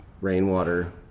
rainwater